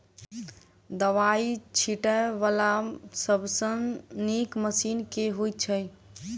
दवाई छीटै वला सबसँ नीक मशीन केँ होइ छै?